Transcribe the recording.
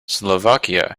slovakia